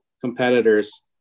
competitors